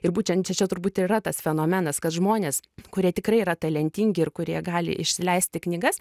ir būtent šičia turbūt yra tas fenomenas kad žmonės kurie tikrai yra talentingi ir kurie gali išsileisti knygas